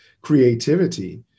creativity